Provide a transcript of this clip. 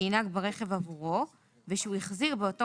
שינהג ברכב עבור ושהוא החזיר באותו